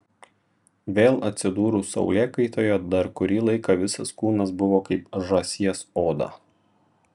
vėl atsidūrus saulėkaitoje dar kurį laiką visas kūnas buvo kaip žąsies oda